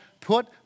put